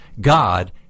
God